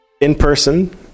in-person